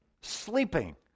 Sleeping